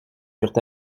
furent